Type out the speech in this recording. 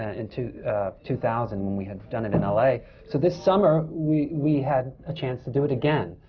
and two two thousand, when we had done it in l a. so this summer, we we had a chance to do it again,